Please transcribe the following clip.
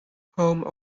home